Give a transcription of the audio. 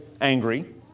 angry